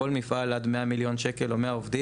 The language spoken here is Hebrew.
כל מפעל עד 100 מיליון ₪ או 100 עובדים,